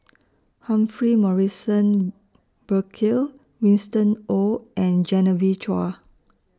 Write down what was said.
Humphrey Morrison Burkill Winston Oh and Genevieve Chua